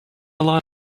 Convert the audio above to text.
lot